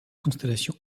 constellation